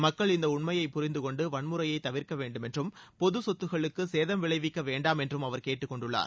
மக்கள் இந்த உண்மையைப் புரிந்து கொண்டு வன்முறையை தவிர்க்க வேண்டுமென்றும் பொதுச் சொத்துக்குளுக்கு சேதம் விளைவிக்க வேண்டாம் என்றும் அவர் கேட்டுக் கொண்டுள்ளார்